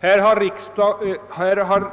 som vi har.